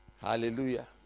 Hallelujah